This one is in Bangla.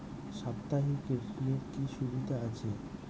সাপ্তাহিক ঋণের কি সুবিধা আছে?